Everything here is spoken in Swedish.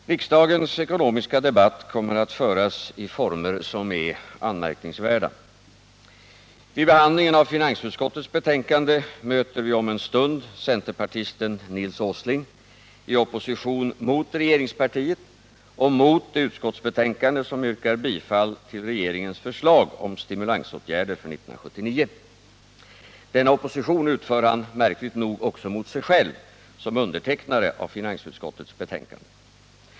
Herr talman! Riksdagens ekonomiska debatt kommer att föras i former som är anmärkningsvärda. Vid behandlingen av finansutskottets betänkande möter vi om en stund centerpartisten Nils Åsling i opposition mot regeringspartiet och mot det utskottsbetänkande där det yrkas bifall till regeringens förslag om stimulansåtgärder för 1979. Denna opposition utför han märkligt nog också mot sig själv som undertecknare av finansutskottets betänkande.